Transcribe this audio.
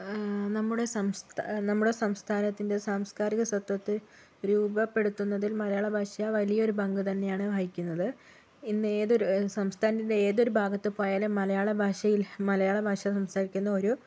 നമ്മുടെ സംസ്ഥ നമ്മുടെ സംസ്ഥാനത്തിൻ്റെ സാംസ്കാരിക സ്വത്വത്തെ രൂപപ്പെടുത്തുന്നതിൽ മലയാളഭാഷാ വലിയൊരു പങ്കു തന്നെയാണ് വഹിക്കുന്നത് ഇന്നേതൊരു സംസ്ഥാനത്ത് ഇന്നേതൊരു ഭാഗത്ത് പോയാലും മലയാളഭാഷയിൽ മലയാളഭാഷ സംസാരിക്കുന്നത് ഒരു